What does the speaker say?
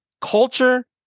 culture